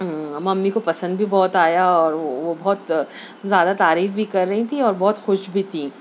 mummy کو پسند بھی بہت آیا اور وہ بہت زیادہ تعریف بھی کر رہی تھیں اور بہت خوش بھی تھیں